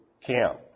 camp